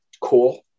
cool